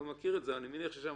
את זה, אבל אני מניח ששם